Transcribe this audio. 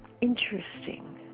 interesting